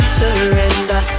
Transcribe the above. surrender